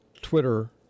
Twitter